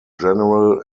general